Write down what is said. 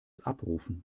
abrufen